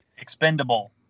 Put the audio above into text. expendable